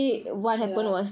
ya